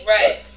Right